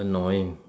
annoying